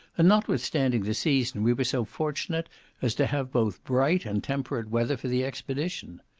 and, notwithstanding the season, we were so fortunate as to have both bright and temperate weather for the expedition.